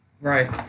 Right